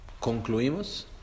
concluimos